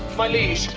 my liege,